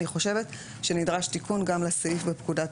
אני חושבת שנדרש תיקון גם לסעיף בפקודת